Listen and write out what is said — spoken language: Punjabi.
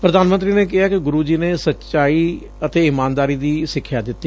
ਪ੍ਰਧਾਨ ਮੰਤਰੀ ਨੇ ਕਿਹਾ ਕਿ ਗੁਰੁ ਜੀ ਨੇ ਸਾਚੱਈ ਅਤੇ ਇਮਾਨਦਾਰੀ ਦੀ ਸਿੱਖਿਆ ਦਿੱਤੀ